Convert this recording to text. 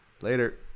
Later